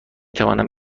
توانم